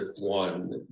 one